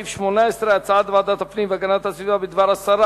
סעיף 18: הצעת ועדת הפנים והגנת הסביבה בדבר הסרה